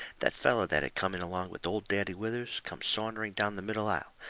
that feller that had come in along with old daddy withers come sauntering down the middle aisle,